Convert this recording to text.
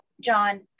John